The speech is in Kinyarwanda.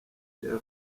tel